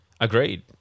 Agreed